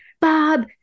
Bob